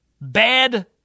bad